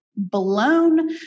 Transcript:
blown